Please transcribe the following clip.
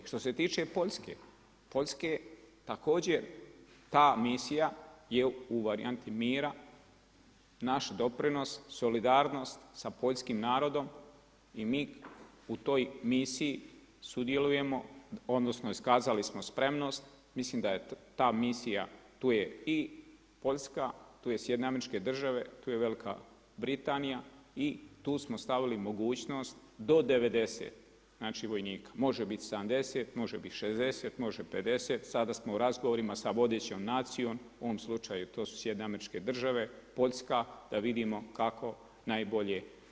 Što se tiče Poljske, Poljske, također ta misija je u varijanti mira, naš doprinos, solidarnost sa poljskim narodom i mi u toj misiji sudjelujemo, odnosno iskazali smo spremnost, mislim da je ta misija tu je i Poljska, tu je SAD, tu je Velika Britanija i tu smo stavili mogućnost do 90, znači vojnika, može biti 70, može biti 60, može 50, sada smo u razgovorima sa vodećom nacijom, u ovom slučaju to su SAD, Poljska, da vidimo kako najbolje.